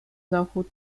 dochód